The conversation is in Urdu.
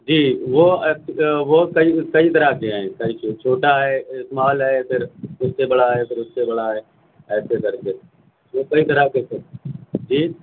جی وہ وہ کئی کئی طرح کے ہیں چھوٹا ہے اسمال ہے پھر اُس سے بڑا ہے پھر اُس سے بڑا ہے ایسے کر کے وہ کئی طرح کے ہیں جی